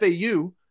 FAU